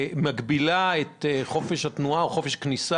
ומגבילה את חופש התנועה או חופש הכניסה